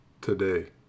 today